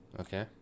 okay